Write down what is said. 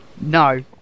no